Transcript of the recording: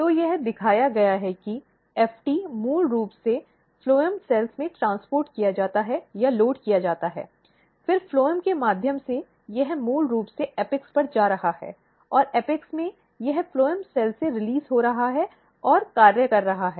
तो यह दिखाया गया है कि FT मूल रूप से फ्लोएम कोशिकाओं में ट्रांसपोर्ट किया जाता है या लोड किया जाता है फिर फ्लोएम के माध्यम से यह मूल रूप से एपेक्स पर जा रहा है और एपेक्स में यह फ्लोएम कोशिकाओं से रिलीज हो रहा है और कार्य कर रहा है